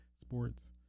sports